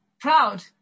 proud